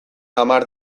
hamar